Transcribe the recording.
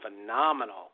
phenomenal